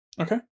Okay